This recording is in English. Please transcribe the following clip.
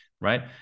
right